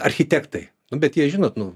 architektai nu bet jie žinot nu